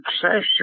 succession